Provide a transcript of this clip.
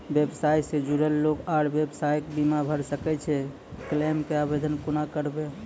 व्यवसाय सॅ जुड़ल लोक आर व्यवसायक बीमा भऽ सकैत छै? क्लेमक आवेदन कुना करवै?